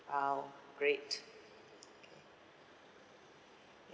!wow! great